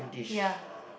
ya